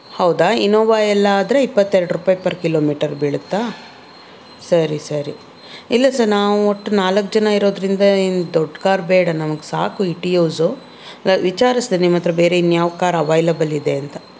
ಹೌದಾ ಇನೋವಾ ಎಲ್ಲ ಆದರೆ ಇಪ್ಪತ್ತೆರಡು ರೂಪಾಯಿ ಪರ್ ಕಿಲೋಮೀಟರ್ ಬೀಳತ್ತಾ ಸರಿ ಸರಿ ಇಲ್ಲ ಸರ್ ನಾವು ಒಟ್ಟು ನಾಲ್ಕು ಜನ ಇರೋದ್ರಿಂದ ಏನು ದೊಡ್ಡ ಕಾರ್ ಬೇಡ ನಮಗೆ ಸಾಕು ಇಟಿಯೋಝು ಅಲ್ಲ ವಿಚಾರಿಸ್ದೆ ನಿಮ್ಮ ಹತ್ರ ಬೇರೆ ಇನ್ಯಾವ ಕಾರ್ ಅವೈಲಬಲ್ ಇದೆ ಅಂತ